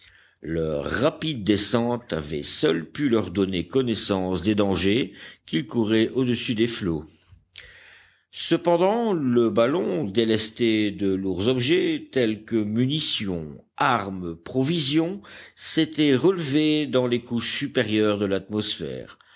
leur rapide descente avait seule pu leur donner connaissance des dangers qu'ils couraient au-dessus des flots cependant le ballon délesté de lourds objets tels que munitions armes provisions s'était relevé dans les couches supérieures de l'atmosphère